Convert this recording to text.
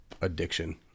addiction